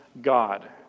God